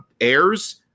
airs